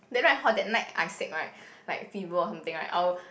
then right hor that night I sick right like fever or something right I'll